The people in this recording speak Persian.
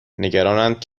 نگرانند